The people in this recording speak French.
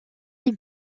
pays